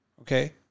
okay